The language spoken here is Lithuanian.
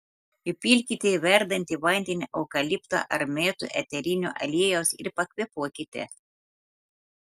įpilkite į verdantį vandenį eukalipto ar mėtų eterinio aliejaus ir pakvėpuokite